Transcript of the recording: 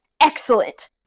Excellent